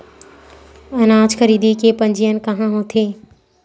अनाज खरीदे के पंजीयन कहां होथे?